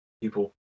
people